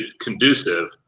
conducive